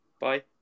Bye